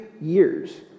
years